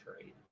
trade